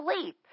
sleep